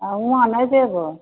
अहाँ हुआँ नही जेबै